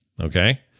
Okay